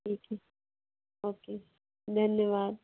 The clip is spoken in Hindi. ठीक है ओके धन्यवाद